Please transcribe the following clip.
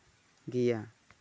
ᱜᱮᱭᱟ